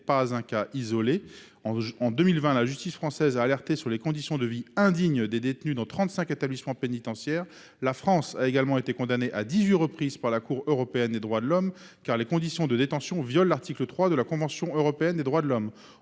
pas un cas isolé : en 2020, la justice française a alerté sur les conditions de vie indignes des détenus dans 35 établissements pénitentiaires. La France a également été condamnée à dix-huit reprises par la Cour européenne des droits de l'homme pour violation de l'article 3 de la Convention européenne des droits de l'homme